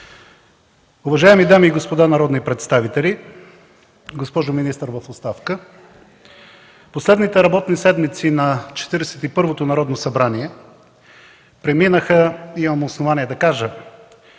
Уважаеми дами и господа народни представители, госпожо министър в оставка, последните работни седмици на Четиридесет и първото Народно събрание преминаха – имам основание да кажа,